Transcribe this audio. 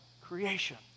creation